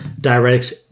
Diuretics